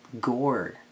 gore